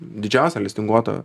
didžiausia listinguota